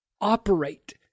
operate